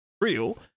Real